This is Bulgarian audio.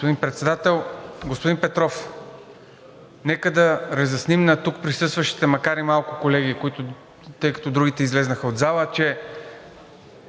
Господин Председател, господин Петров! Нека да разясним на тук присъстващите, макар и малко, колеги, тъй като другите излязоха от залата, че